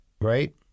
right